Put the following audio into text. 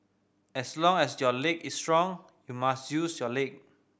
as long as your leg is strong you must use your leg